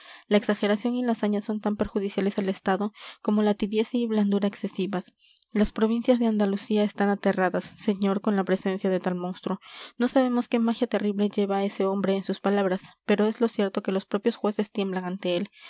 la exageración y la saña son tan perjudiciales al estado como la tibieza y blandura excesivas las provincias de andalucía están aterradas señor con la presencia de tal monstruo no sabemos qué magia terrible lleva ese hombre en sus palabras pero es lo cierto que los propios jueces tiemblan ante él